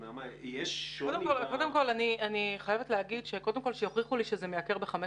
אני חייבת להגיד שקודם כול שיוכיחו לי שזה מייקר ב-15%.